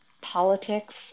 politics